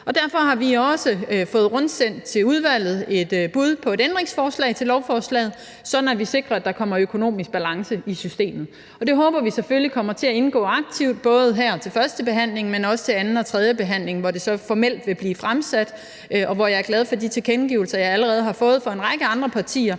Derfor har vi også fået rundsendt til udvalget et bud på et ændringsforslag til lovforslaget, sådan at vi sikrer, at der kommer økonomisk balance i systemet. Det håber vi selvfølgelig kommer til at indgå aktivt, både her til førstebehandlingen, men også til anden og tredje behandling, hvor det så formelt vil blive fremsat. Jeg er glad for de tilkendegivelser, jeg allerede har fået, fra en række andre partier